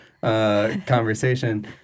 Conversation